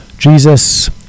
Jesus